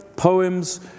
poems